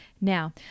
Now